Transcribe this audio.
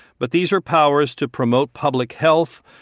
but these are powers to promote public health,